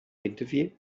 interview